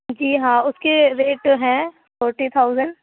جی ہاں اُس کے ریٹ ہیں فورٹی تھاؤزینڈ